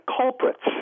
culprits